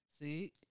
See